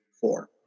four